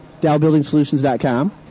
dowbuildingsolutions.com